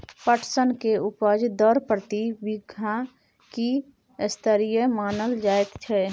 पटसन के उपज दर प्रति बीघा की स्तरीय मानल जायत छै?